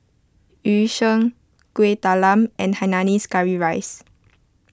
Yu Sheng Kuih Talam and Hainanese Curry Rice